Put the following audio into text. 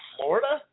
Florida